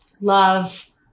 love